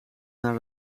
naar